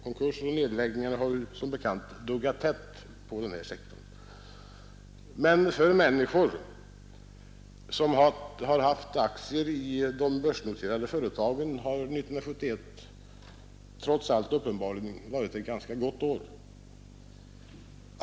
Konkurser och nedläggningar har som bekant duggat tätt inom denna sektor. Men för de människor som haft aktier i börsnoterade företag har 1971 uppenbarligen varit ett ganska gott år.